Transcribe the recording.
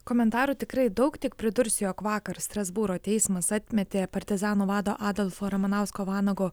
komentarų tikrai daug tik pridursiu jog vakar strasbūro teismas atmetė partizanų vado adolfo ramanausko vanago